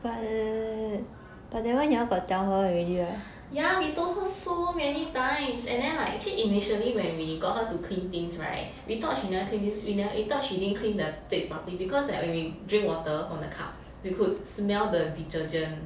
yeah we told her so many times and then like actually initially when we you got her to clean things [right] we thought she never clean this we thought she didn't clean the plates properly because like when we drink water from the cup we could smell the detergent